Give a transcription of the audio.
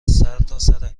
سرتاسر